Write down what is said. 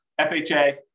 FHA